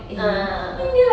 ah ah ah ah